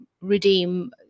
redeem